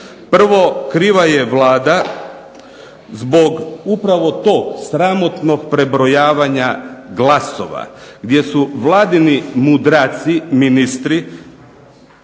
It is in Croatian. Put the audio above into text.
Prvo, kriva je Vlada zbog upravo tog sramotnog prebrojavanja glasova gdje su vladini mudraci ministri